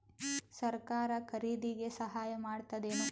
ಸರಕಾರ ಖರೀದಿಗೆ ಸಹಾಯ ಮಾಡ್ತದೇನು?